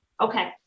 Okay